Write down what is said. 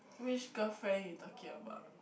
which girlfriend you talking about